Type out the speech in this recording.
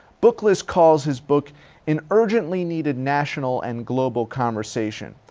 booklist calls his book an urgently needed national and global conversation.